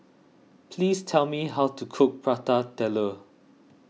please tell me how to cook Prata Telur